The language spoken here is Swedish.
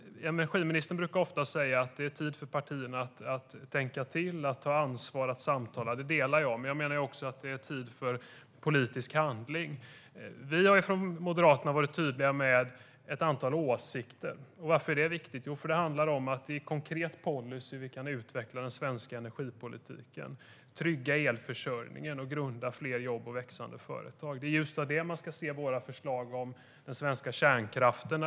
Energiministern brukar ofta säga att det är tid för partierna att tänka till, ta ansvar och samtala. Den uppfattningen delar jag. Jag menar också att det är tid för politisk handling. Vi har från Moderaterna varit tydliga med ett antal åsikter. Varför är det viktigt? Det är i konkret policy vi kan utveckla den svenska energipolitiken, trygga elförsörjningen och grunda fler jobb och växande företag. Det är i ljuset av det man ska se våra förslag om den svenska kärnkraften.